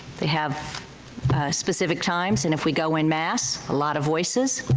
they have specific times and if we go en masse, a lot of voices,